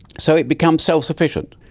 so it becomes self-sufficient.